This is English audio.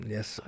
Yes